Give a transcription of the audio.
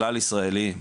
כלל ישראליים,